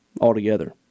altogether